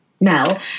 Mel